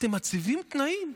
אתם מציבים תנאים.